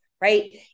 right